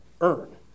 earn